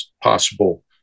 possible